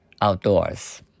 outdoors